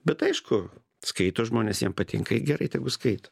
bet aišku skaito žmonės jiem patinka i gerai tegu skaito